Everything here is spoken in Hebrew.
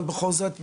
אבל בכל זאת,